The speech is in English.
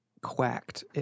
quacked